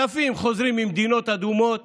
אלפים חוזרים ממדינות אדומות